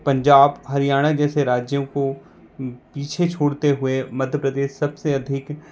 पंजाब हरियाणा जैसे राज्यों को पीछे छोड़ते हुए मध्य प्रदेश सब से अधिक